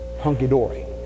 hunky-dory